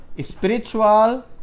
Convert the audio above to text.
spiritual